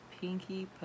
Pinky